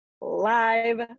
live